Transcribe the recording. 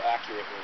accurately